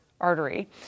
artery